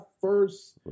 first